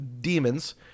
demons